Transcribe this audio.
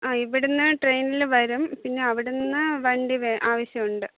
ആ ഇവിടെ നിന്ന് ട്രെയിനിൽ വരും പിന്നെ അവിടെ നിന്ന് വണ്ടി ആവശ്യമുണ്ട്